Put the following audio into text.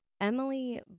Emily